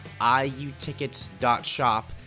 iutickets.shop